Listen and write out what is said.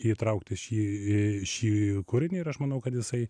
įtraukti šį šį kūrinį ir aš manau kad jisai